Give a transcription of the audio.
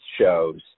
shows